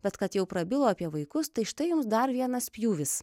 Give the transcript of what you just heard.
bet kad jau prabilo apie vaikus tai štai jums dar vienas spjūvis